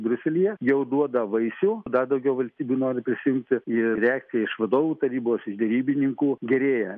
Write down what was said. briuselyje jau duoda vaisių dar daugiau valstybių nori prisiimti ir reakcija iš vadovų tarybos iš derybininkų gerėja